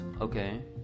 okay